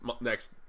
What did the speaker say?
next